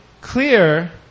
clear